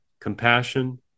compassion